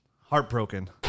Heartbroken